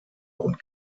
und